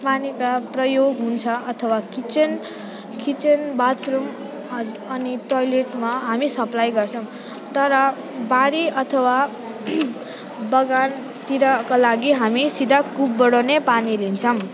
पानीका प्रयोग हुन्छ अथवा किचेन किचेन बाथरुम ह अनि टयलेटमा हामी सप्लाई गर्छौँ तर बारी अथवा बगानतिरका लागि हामी सिधा कुपबाट नै पानी लिन्छौँ